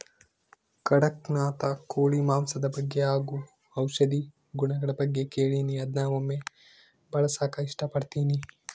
ಕಡಖ್ನಾಥ್ ಕೋಳಿ ಮಾಂಸದ ಬಗ್ಗೆ ಹಾಗು ಔಷಧಿ ಗುಣಗಳ ಬಗ್ಗೆ ಕೇಳಿನಿ ಅದ್ನ ಒಮ್ಮೆ ಬಳಸಕ ಇಷ್ಟಪಡ್ತಿನಿ